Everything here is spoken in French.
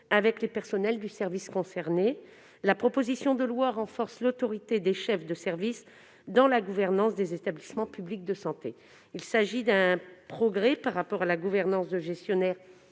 avec les personnels du service concerné soit organisée. La proposition de loi renforce l'autorité des chefs de service dans la gouvernance des établissements publics de santé. Il s'agit d'un progrès par rapport à la gouvernance de gestionnaires